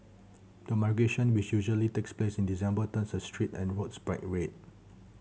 the migration which usually takes place in December turns the streets and roads a bright red